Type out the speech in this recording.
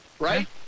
Right